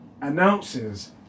announces